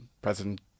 President